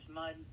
mud